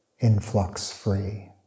influx-free